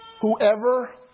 whoever